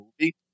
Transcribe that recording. movie